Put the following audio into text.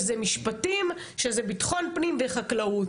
זה משפטים, זה ביטחון פנים וחקלאות.